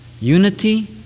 Unity